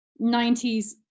90s